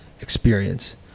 experience